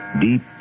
deep